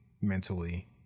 mentally